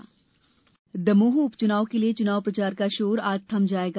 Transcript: दमोह प्रचार दमोह उपचुनाव के लिए चुनाव प्रचार का शोर आज थम जाएगा